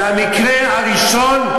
זה המקרה הראשון,